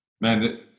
Man